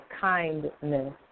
kindness